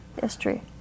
history